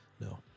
No